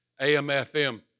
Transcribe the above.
AMFM